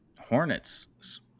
Hornets